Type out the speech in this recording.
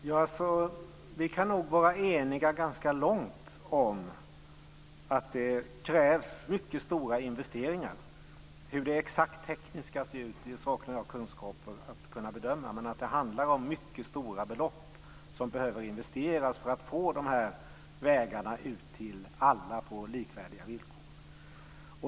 Fru talman! Vi kan nog i stor utsträckning vara eniga om att det krävs mycket stora investeringar. Hur det exakt ska se ut tekniskt saknar jag kunskaper att bedöma, men det handlar om mycket stora belopp som behöver investeras för att få vägarna ut till alla på likvärdiga villkor.